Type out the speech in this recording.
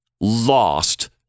Lost